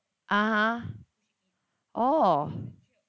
(uh huh) oh